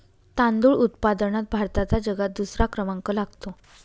तांदूळ उत्पादनात भारताचा जगात दुसरा क्रमांक लागतो